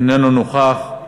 אינו נוכח,